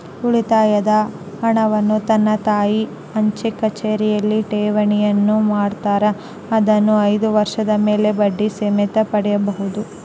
ಉಳಿತಾಯದ ಹಣವನ್ನು ನನ್ನ ತಾಯಿ ಅಂಚೆಕಚೇರಿಯಲ್ಲಿ ಠೇವಣಿಯನ್ನು ಮಾಡುತ್ತಾರೆ, ಅದನ್ನು ಐದು ವರ್ಷದ ಮೇಲೆ ಬಡ್ಡಿ ಸಮೇತ ಪಡೆಯಬಹುದು